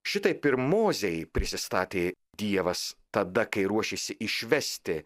šitaip ir mozei prisistatė dievas tada kai ruošėsi išvesti